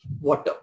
water